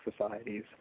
societies